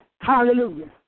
Hallelujah